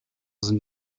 sind